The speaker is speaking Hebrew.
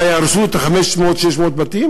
מה, יהרסו 500 600 בתים?